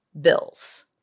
bills